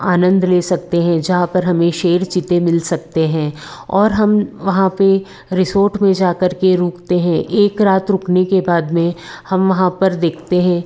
आनंद ले सकते हैं जहाँ पर हमें शेर चीते मिल सकते हैं और हम वहाँ पर रिसोर्ट पर जा कर के रुकते हैं एक रात रुकने के बाद में हम वहाँ पर देखते हैं